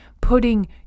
putting